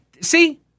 see